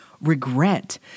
regret